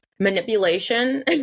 Manipulation